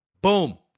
Boom